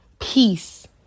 Peace